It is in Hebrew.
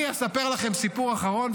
אני אספר לכם סיפור אחרון,